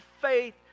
faith